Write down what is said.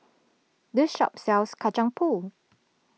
this shop sells Kacang Pool